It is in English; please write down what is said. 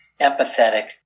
empathetic